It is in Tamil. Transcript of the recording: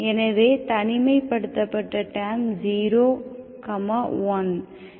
எனவே தனிமைப்படுத்தப்பட்ட டேர்ம் 0 1